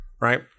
right